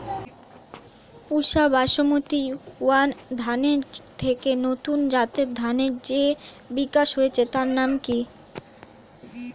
পুসা basmati one ধানের থেকে নতুন জাতের ধানের যে বিকাশ হয়েছে তার নাম কি?